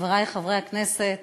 חברי חברי הכנסת